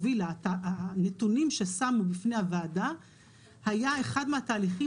הנתונים ששמו בפני הוועדה היה אחד מהתהליכים